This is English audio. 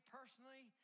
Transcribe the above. personally